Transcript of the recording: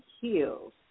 Heels